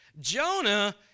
Jonah